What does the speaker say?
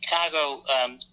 Chicago—